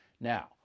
Now